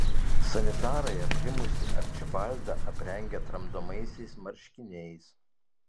sanitarai aprimusį arčibaldą aprengė tramdomaisiais marškiniais